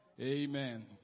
Amen